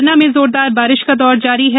पन्ना में जोरदार बारिश का दौर जारी है